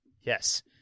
yes